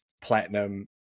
Platinum